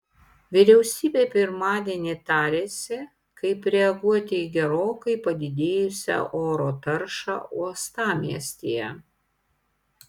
vyriausybė pirmadienį tarėsi kaip reaguoti į gerokai padidėjusią oro taršą uostamiestyje